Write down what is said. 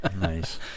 Nice